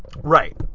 Right